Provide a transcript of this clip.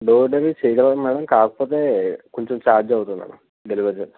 door delivery చేయగలం madam కాకపోతే కొంచెం చార్జ్ అవుతుంది మేడం డెలివరీ చేసేకి